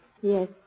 Yes